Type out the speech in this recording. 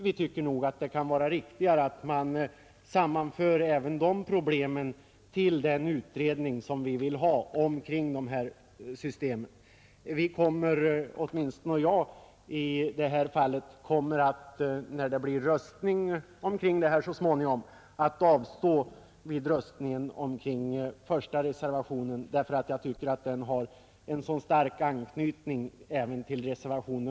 Vi tycker att det kan vara riktigare att sammanföra även de problemen till den utredning vi vill ha omkring det här systemet. Åtminstone jag kommer därför att avstå från att rösta beträffande den första reservationen, därför att jag tycker den har så stark anknytning till reservationen 2.